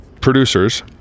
producers